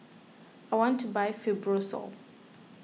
I want to buy Fibrosol